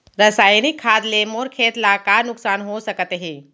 रसायनिक खाद ले मोर खेत ला का नुकसान हो सकत हे?